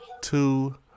two